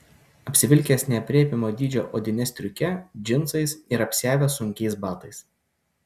apsivilkęs neaprėpiamo dydžio odine stiuke džinsais ir apsiavęs sunkiais batais